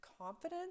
confidence